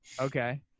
Okay